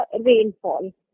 rainfall